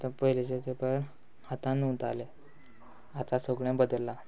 आतां पयलींचे तेंपार आतां न्हुताले आतां सगळें बदल्ला